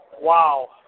Wow